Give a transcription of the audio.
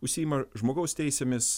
užsiima žmogaus teisėmis